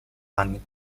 langit